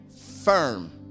firm